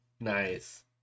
nice